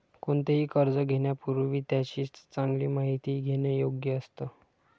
कोणतेही कर्ज घेण्यापूर्वी त्याची चांगली माहिती घेणे योग्य असतं